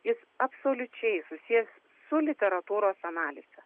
jis absoliučiai susijęs su literatūros analize